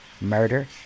murder